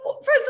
First